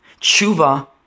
Tshuva